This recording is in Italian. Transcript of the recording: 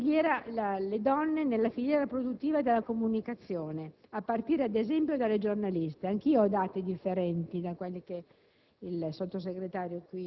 Analizziamo, per esempio, le donne nella filiera produttiva della comunicazione, a partire dalle giornaliste. Anch'io ho dati differenti da quelli che